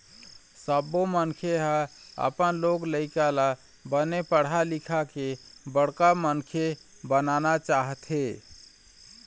सब्बो मनखे ह अपन लोग लइका ल बने पढ़ा लिखा के बड़का मनखे बनाना चाहथे